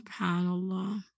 SubhanAllah